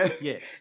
Yes